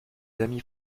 amis